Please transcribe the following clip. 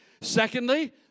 Secondly